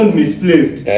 misplaced